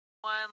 one